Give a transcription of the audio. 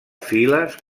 files